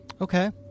Okay